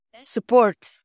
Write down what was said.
support